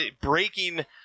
breaking